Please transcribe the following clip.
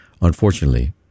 Unfortunately